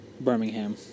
Birmingham